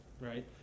right